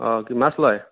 অঁ কি মাছ লয়